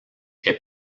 est